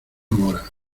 mora